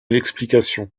l’explication